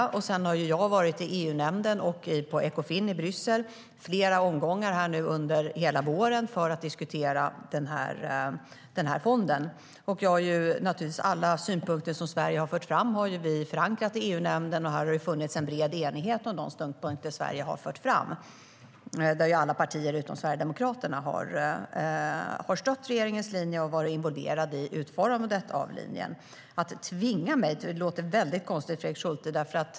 Sedan har jag varit i EU-nämnden och på Ekofin i Bryssel i flera omgångar under hela våren för att diskutera den här fonden. Alla synpunkter som Sverige har fört fram har vi förankrat i EU-nämnden, och där har det funnits en bred enighet om de ståndpunkter som Sverige har fört fram. Alla partier utom Sverigedemokraterna har stött regeringens linje och varit involverade i utformandet av linjen. Att tvinga mig, som du talar om, Fredrik Schulte, låter väldigt konstigt.